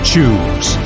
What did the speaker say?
Choose